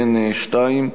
והן שתיים: